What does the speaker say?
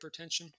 hypertension